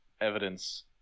evidence